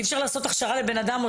אי אפשר לעשות הכשרה לבן אדם אחד,